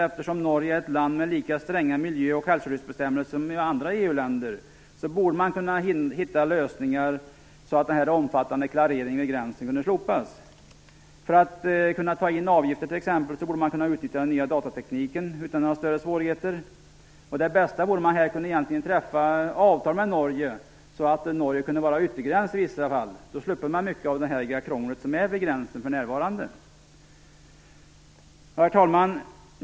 Eftersom Norge är ett land som har lika stränga miljö och hälsoskyddsbestämmelser som EU-länderna, borde man kunna finna lösningar så att denna omfattande klarering vid gränsen kunde slopas. Den nya datatekniken borde utan större svårigheter kunna utnyttjas för att ta in avgifter. Det bästa vore om man kunde träffa avtal om att Norge i vissa fall skulle kunna utgöra yttergräns. Då skulle vi slippa mycket av krånglet som uppstår vid gränsen för närvarande. Herr talman!